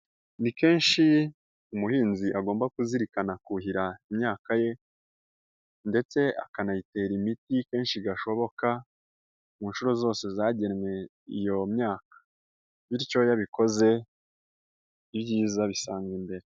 Ni kenshi umuhinzi agomba kuzirikana kuhira imyaka ye ndetse akanayitera imiti kenshi gashoboka mu nshuro zose zagenwe iyo myaka bityo iyo abikoze ibyiza bisanga imbere.